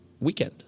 weekend